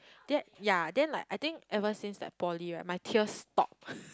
then ya then like I think ever since like poly right my tears stop